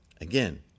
again